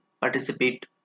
participate